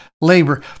labor